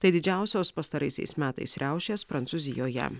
tai didžiausios pastaraisiais metais riaušės prancūzijoje